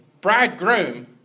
bridegroom